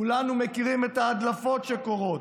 כולנו מכירים את ההדלפות שקורות.